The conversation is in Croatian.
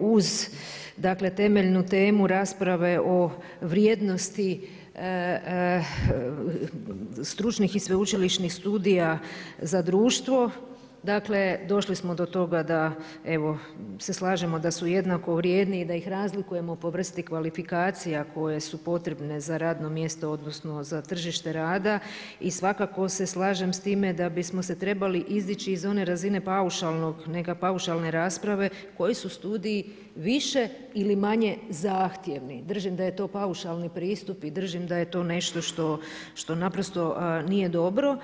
uz temeljnu temu rasprave o vrijednosti stručnih i sveučilišnih studija za društvo, dakle došli smo do toga da se slažemo da su jednako vrijedni i da ih razlikujemo po vrsti kvalifikacija koje su potrebne za radno mjesto odnosno za tržište rada i svakako se slažem s time da bismo se trebali izdići iz one razine paušalne rasprave koji su studiji više ili manje zahtjevni, držim da je to paušalni pristup i držim da je to nešto što naprosto nije dobro.